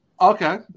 Okay